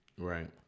Right